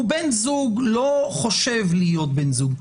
הוא בן זוג לא חושב להיות בן זוג,